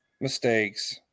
mistakes